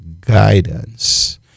guidance